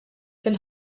fil